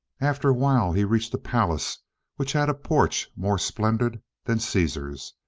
after a while he reached a palace which had a porch more splendid than caesar's,